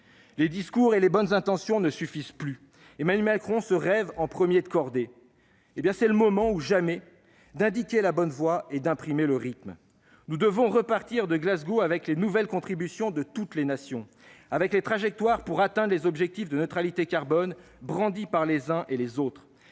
Les discours et les bonnes intentions ne suffisent plus. Emmanuel Macron se rêve en premier de cordée, c'est le moment ou jamais d'indiquer la bonne voie et d'imprimer le rythme. Nous devons repartir de Glasgow avec les nouvelles contributions de toutes les nations, avec les trajectoires pour atteindre les objectifs de neutralité carbone brandis par les uns et les autres,